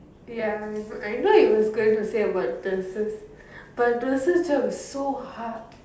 ya I know it was going to say about nurses but nurses job is so hard